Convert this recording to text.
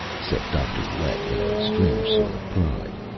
said dr. lett in a strange sort of pride.